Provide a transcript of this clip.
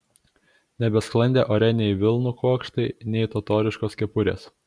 nebesklandė ore nei vilnų kuokštai nei totoriškos kepurės